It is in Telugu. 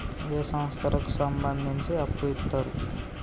ఏ సంస్థలకు సంబంధించి అప్పు ఇత్తరు?